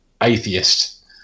atheist